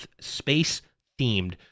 space-themed